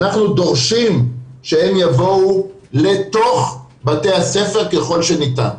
אנחנו דורשים שהם יבואו לתוך בתי הספר ככל שניתן.